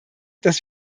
dass